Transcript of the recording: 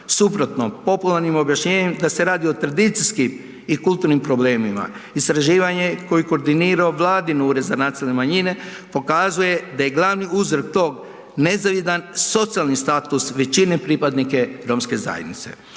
suprotno popularnim objašnjenjem da se radi o tradicijskim i kulturnim problemima. Istraživanje koje je koordinirao vladin Ured za nacionalne manjine pokazuje da je glavni uzrok tog nezavidan socijalni status većine pripadnike romske zajednice.